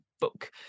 book